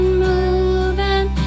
moving